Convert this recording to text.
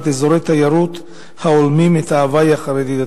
אזורי תיירות ההולמים את ההווי החרדי-דתי?